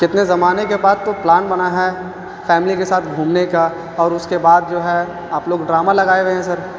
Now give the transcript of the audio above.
کتنے زمانے کے بعد تو پلان بنا ہے فیملی کے ساتھ گھومنے کا اور اس کے بعد جو ہے آپ لوگ ڈرامہ لگائے ہوئے ہیں سر